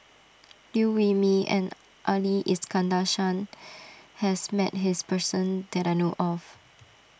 Liew Wee Mee and Ali Iskandar Shah has met his person that I know of